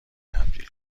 تبدیل